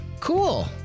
cool